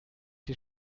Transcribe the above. die